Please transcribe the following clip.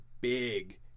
big